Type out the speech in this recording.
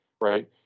right